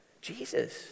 Jesus